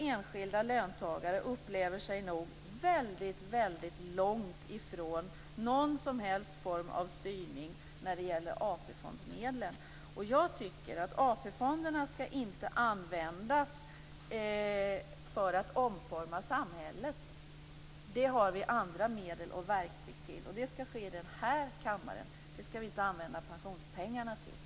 Enskilda löntagare upplever sig nog väldigt långt ifrån någon som helst form av styrning när det gäller AP-fondsmedlen. Och jag tycker inte att AP-fonderna skall användas för att omforma samhället. Det har vi andra medel och verktyg till. Och det skall ske i denna kammare. Det skall vi inte använda pensionspengarna till.